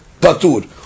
patur